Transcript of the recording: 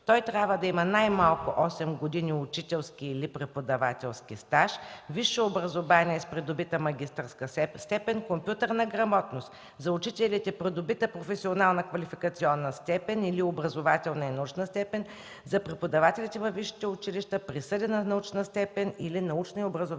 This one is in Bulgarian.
Той трябва да има най-малко осем години учителски или преподавателски стаж, висше образование с придобита магистърска степен, компютърна грамотност; за учителите – придобита професионална квалификационна степен или образователна и научна степен, за преподавателите във висшите училища – присъдена научна степен или научна и образователна степен